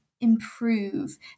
improve